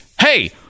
Hey